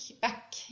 back